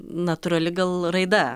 natūrali gal raida